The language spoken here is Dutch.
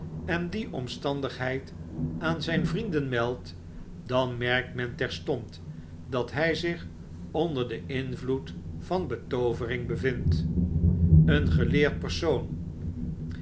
en die omstandigheid aan zijn vrienden meldt dan merkt men terstond dat hjj zich onder den invloed van betoovering bevindt een geleerd persoon